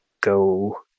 go